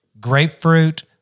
grapefruit